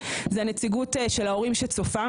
הרווחה,